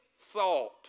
thought